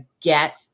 get